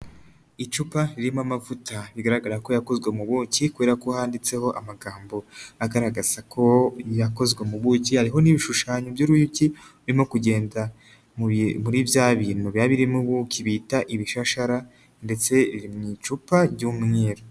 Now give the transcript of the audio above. Icupa ririmo amavuta rigaragara ko yakozwe mu buki kubera ko handitseho amagambo agaragaza ko yakozwe mu buki, hariho n'ibishushanyo by'uruyuki rurimo kugenda muri bya bintu biba birimo ubuki bita ibishashara ndetse iri mu icupa ry'umweru.